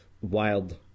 wild